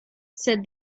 said